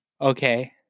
Okay